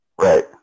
right